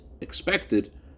expected